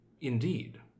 Indeed